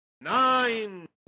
nine